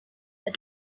that